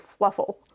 Fluffle